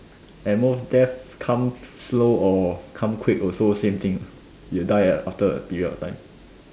at most death come slow or come quick also same thing you die after a period of time